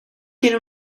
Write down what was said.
tiene